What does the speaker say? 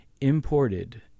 imported